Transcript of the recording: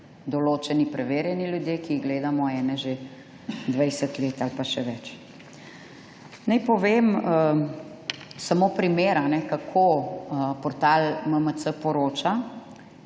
določeni preverjeni ljudje, ki jih gledamo, ene, že 20 let ali pa še več. Naj povem samo primer, kako portal MMC poroča.